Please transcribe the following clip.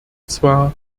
zwar